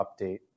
update